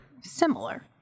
similar